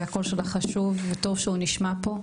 והקול שלך חשוב, וטוב שהוא נשמע פה.